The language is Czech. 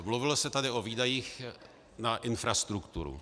Mluvilo se tady o výdajích na infrastrukturu.